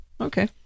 okay